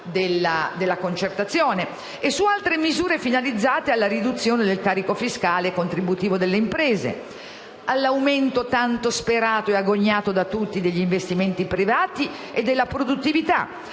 della concertazione! - e su altre misure finalizzate alla riduzione del carico fiscale e contributivo delle imprese, all'aumento tanto agognato da tutti degli investimenti privati e della produttività,